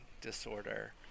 disorder